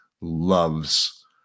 loves